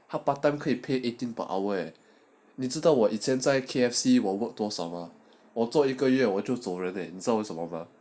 他 part time 可以 pay eighteen per hour eh 你知道我以前在 K_F_C 我 work 多少 mah 我 work 一个月我就走人 leh 知道为什么 mah